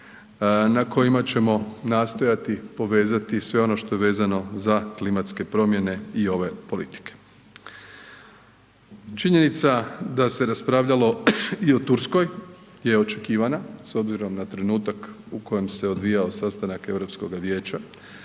na kojima ćemo nastojati povezati sve ono što je vezano za klimatske promjene i ove politike. Činjenica da se raspravljalo i o Turskoj je očekivana s obzirom na trenutak u kojem se odvijao sastanak Europskoga Vijeća